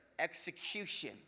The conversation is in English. execution